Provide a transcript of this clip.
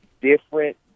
different